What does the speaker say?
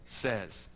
says